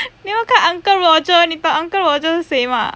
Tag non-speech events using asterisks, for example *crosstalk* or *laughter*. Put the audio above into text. *laughs* 你有没有看 uncle roger 你懂 uncle roger 是谁吗